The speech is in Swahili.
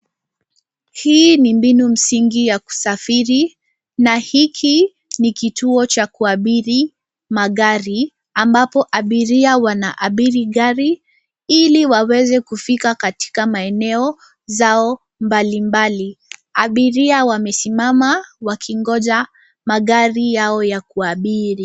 Hii ni mbinu msingi ya kusafiri na hiki ni kituo cha kuabiri magari ambapo abiria wanaabiri gari ili waweze kufika katika maeneo zao mbalimbali. Abiria wamesimama wakingoja magari ya kuabiri.